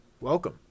welcome